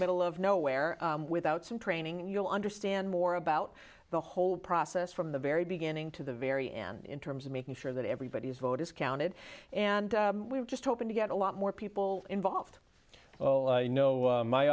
middle of nowhere without some training and you'll understand more about the whole process from the very beginning to the very end in terms of making sure that everybody's vote is counted and we're just hoping to get a lot more people involved you know